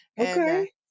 Okay